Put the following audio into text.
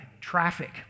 traffic